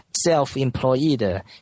self-employed